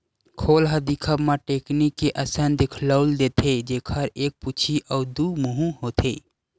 खोल ह दिखब म टेकनी के असन दिखउल देथे, जेखर एक पूछी अउ दू मुहूँ होथे